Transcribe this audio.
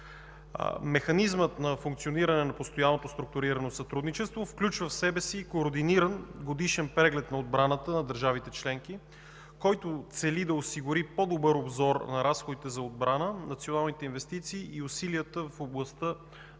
Механизмът на функциониране на Постоянното структурирано сътрудничество включва в себе си координиран годишен преглед на отбраната на държавите членки, който цели да осигури по-добър обзор на разходите за отбрана, националните инвестиции и усилията в областта